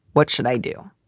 what should i do?